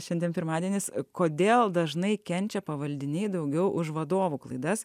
šiandien pirmadienis kodėl dažnai kenčia pavaldiniai daugiau už vadovų klaidas